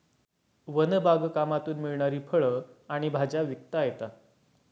one बागकामातून मिळणारी फळं आणि भाज्या विकता येतात